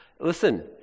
Listen